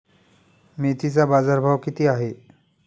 मेथीचा बाजारभाव किती आहे?